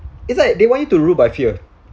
it's like they want you to rule by fear